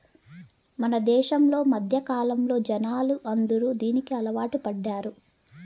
మన దేశంలో మధ్యకాలంలో జనాలు అందరూ దీనికి అలవాటు పడ్డారు